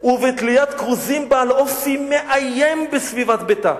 ובתליית כרוזים בעלי אופי מאיים בסביבת ביתה,